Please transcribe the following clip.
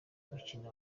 gukina